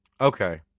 Okay